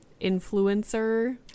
influencer